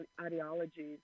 ideologies